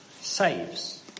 saves